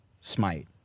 smite